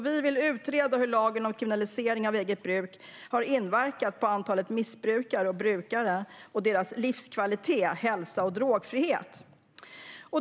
Vi vill utreda hur lagen om kriminalisering av eget bruk har inverkat på antalet missbrukare och brukare och på deras livskvalitet, hälsa och drogfrihet.